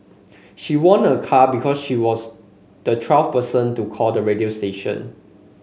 she won a car because she was the twelfth person to call the radio station